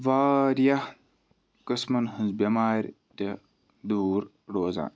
واریاہ قٕسمَن ہٕنٛز بٮ۪مارِ تہِ دوٗر روزان